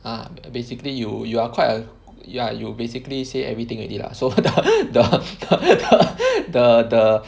uh basically you you are quite a ya you basically say everything already lah so the the the